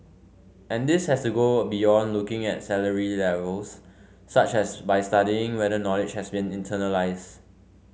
and this has to go beyond looking at salary levels such as by studying whether knowledge has been internalised